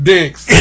Dicks